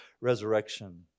resurrection